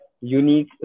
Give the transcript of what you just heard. unique